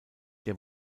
der